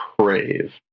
Crave